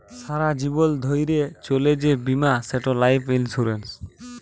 সারা জীবল ধ্যইরে চলে যে বীমা সেট লাইফ ইলসুরেল্স